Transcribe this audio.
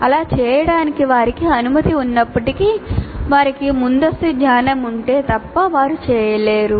అలా చేయడానికి వారికి అనుమతి ఉన్నప్పటికీ వారికి ముందస్తు జ్ఞానం ఉంటే తప్ప వారు చేయలేరు